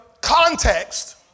context